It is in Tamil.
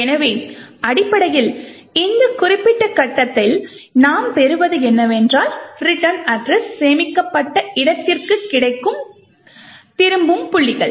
எனவே அடிப்படையில் இந்த குறிப்பிட்ட கட்டத்தில் நாம் பெறுவது என்னவென்றால் ரிட்டர்ன் அட்ரஸ் சேமிக்கப்பட்ட இடத்திற்கு கிடைக்கும் திரும்பும் புள்ளிகள்